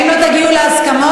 אם לא תגיעו להסכמות,